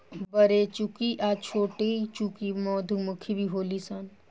बरेचुकी आ छोटीचुकी मधुमक्खी भी होली सन